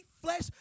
flesh